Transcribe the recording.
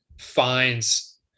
finds